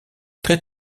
très